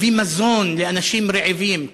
הביא מזון לאנשים רעבים,